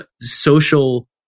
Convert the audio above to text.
social